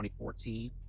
2014